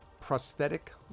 prosthetic